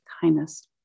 Kindness